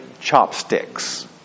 chopsticks